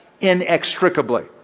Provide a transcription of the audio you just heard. inextricably